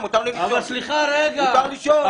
מותר לשאול.